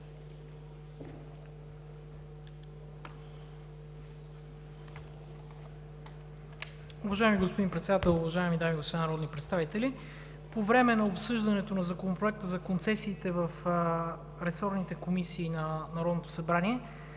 Уважаеми господин Председател, уважаеми дами и господа народни представители! По време на обсъждането на Законопроекта за концесиите в ресорните комисии на Народното събрание